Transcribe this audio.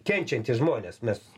kenčiantys žmonės mes